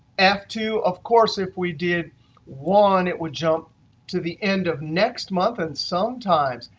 f two, of course if we did one, it would jump to the end of next month, and sometimes,